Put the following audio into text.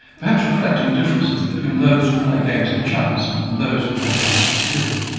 perhaps reflecting differences between those who play games of chance and those who play games of skill.